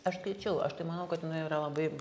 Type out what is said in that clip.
aš skaičiau aš tai manau kad jinai yra labai